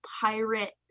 pirate